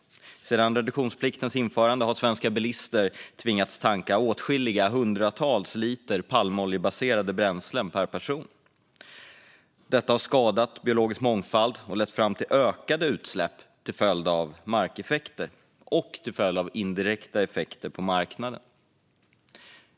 Sedan reduktionspliktens införande har svenska bilister tvingats tanka hundratals liter palmoljebaserade bränslen per person. Detta har skadat biologisk mångfald och lett till ökade utsläpp till följd av markeffekter och indirekta effekter på marknaden.